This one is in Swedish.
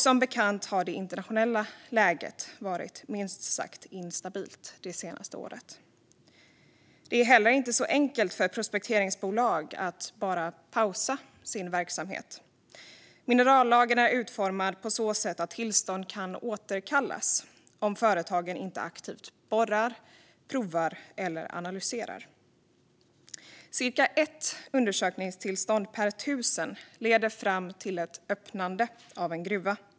Som bekant har det internationella läget varit instabilt det senaste året. Det är inte heller enkelt för prospekteringsbolag att bara pausa sin verksamhet. Minerallagen är utformad på ett sådant sätt att tillstånd kan återkallas om företaget inte aktivt borrar, provar eller analyserar. Cirka ett undersökningstillstånd per tusen leder fram till ett öppnande av en gruva.